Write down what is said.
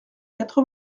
quatre